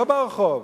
לא ברחוב.